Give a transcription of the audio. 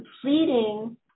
completing